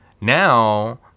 Now